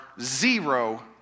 zero